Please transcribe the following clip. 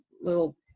little